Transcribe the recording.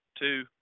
two